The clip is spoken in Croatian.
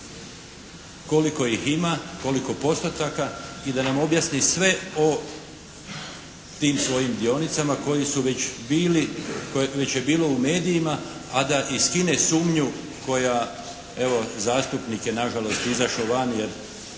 koliko ih ima, koliko postotaka i da nam objasni sve o tim svojim dionicama koji su već bili, koje to je već bilo u medijima a da i skine sumnju koja evo zastupnik je na žalost izašao vani jer